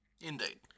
Indeed